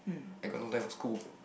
I got no time for school